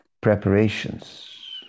preparations